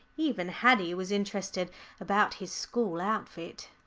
even haddie was interested about his school outfit.